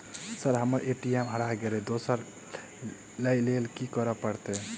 Sir हम्मर ATM हरा गइलए दोसर लईलैल की करऽ परतै?